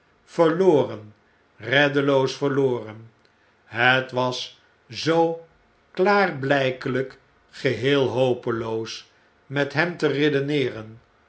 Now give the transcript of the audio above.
verloren reddeloos verloren het was zoo klaarblijkelyk geheel hopeloos met hem te redeneeren